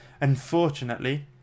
Unfortunately